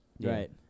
right